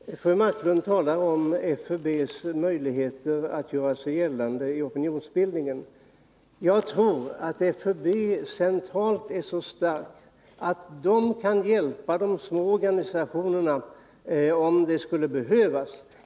Herr talman! Fru Marklund talar om FUB:s möjligheter att göra sig gällande i opinionsbildningen. Jag tror att FUB centralt är så starkt att det kan hjälpa de små organisationerna, om det skulle behövas.